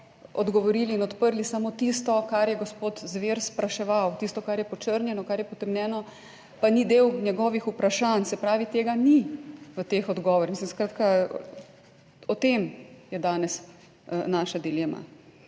odgovorili in odprli samo tisto, kar je gospod Zver spraševal tisto, kar je počrnjeno, kar je potemnjeno? Pa ni del njegovih vprašanj, se pravi, tega ni v teh odgovorih, skratka, o tem je danes naša dilema,